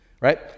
Right